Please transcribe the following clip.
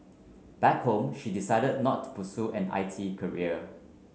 back home she decided not to pursue an I T career